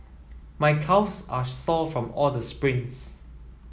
my calves are sore from all the sprints